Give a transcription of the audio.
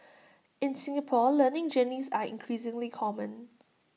in Singapore learning journeys are increasingly common